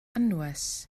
anwes